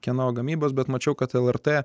kieno gamybos bet mačiau kad lrt